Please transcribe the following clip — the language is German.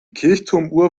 kirchturmuhr